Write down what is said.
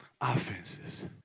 Offenses